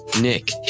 Nick